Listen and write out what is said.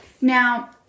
Now